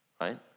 right